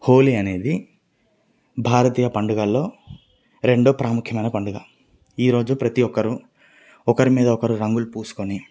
హోలీ అనేది భారతీయ పండుగల్లో రెండో ప్రాముఖ్యమైన పండుగ ఈరోజు ప్రతీ ఒక్కరు ఒకరి మీద ఒకరు రంగులు పూసుకొని